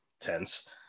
tense